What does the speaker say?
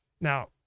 Now